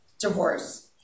divorce